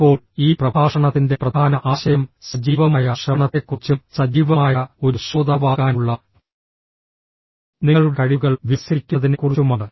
ഇപ്പോൾ ഈ പ്രഭാഷണത്തിന്റെ പ്രധാന ആശയം സജീവമായ ശ്രവണത്തെക്കുറിച്ചും സജീവമായ ഒരു ശ്രോതാവാകാനുള്ള നിങ്ങളുടെ കഴിവുകൾ വികസിപ്പിക്കുന്നതിനെക്കുറിച്ചുമാണ്